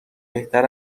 بهتر